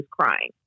crying